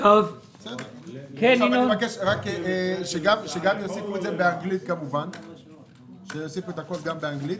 אני מבקש שיוסיפו הכול גם באנגלית.